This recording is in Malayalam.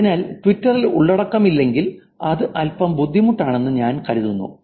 അതിനാൽ ട്വിറ്ററിൽ ഉള്ളടക്കമില്ലെങ്കിൽ അത് അൽപ്പം ബുദ്ധിമുട്ടാണെന്ന് ഞാൻ കരുതുന്നു